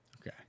Okay